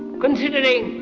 considering